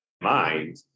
mind